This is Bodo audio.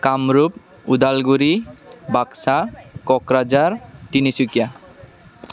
कामरुप उदालगुरि बाक्सा क'क्राझार तिनिसुकिया